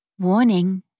Warning